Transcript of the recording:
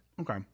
okay